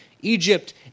Egypt